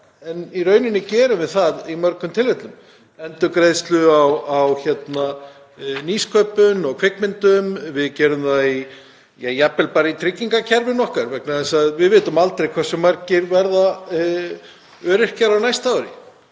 en í rauninni gerum við það í mörgum tilvikum; endurgreiðsla á nýsköpun og kvikmyndum, jafnvel bara í tryggingakerfinu okkar vegna þess að við vitum aldrei hversu margir verða öryrkjar á næsta ári.